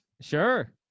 Sure